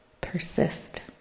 Persist